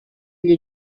gli